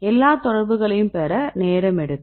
எல்லா தொடர்புகளையும் பெற நேரம் எடுக்கும்